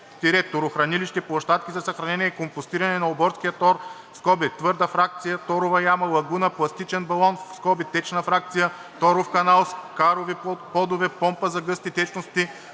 – торохранилища/площадки за съхранение и компостиране на оборски тор (твърда фракция), торова яма, лагуна, пластичен балон (течна фракция), торов канал, скарови подове, помпа за гъсти течности,